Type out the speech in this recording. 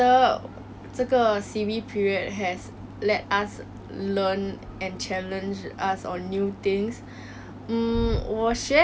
mm 以前我是没有做这些东西的但是有了这个 free time that we get from this C_B period